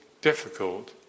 difficult